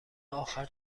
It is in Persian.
آخر